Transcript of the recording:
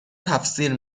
تفسیر